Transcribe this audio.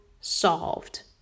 solved